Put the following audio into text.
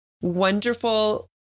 wonderful